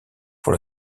pour